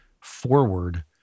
forward